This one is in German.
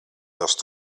hörst